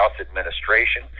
administration